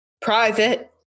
private